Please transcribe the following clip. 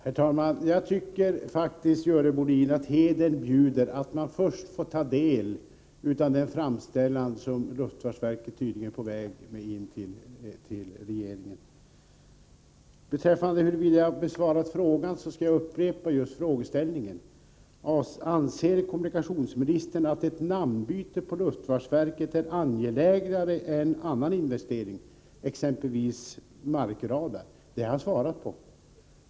Herr talman! Jag tycker, Görel Bohlin, att hedern bjuder att man först får ta del av den framställan som luftfartsverket tydligen är på väg att avlämna till regeringen. När det gäller frågan om huruvida jag har besvarat den ställda frågan skall jag be att få upprepa den: ”Anser kommunikationsministern att ett namnbyte på luftfartsverket är angelägnare än annan investering, t.ex. markradar?” Detta har jag svarat på.